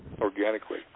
organically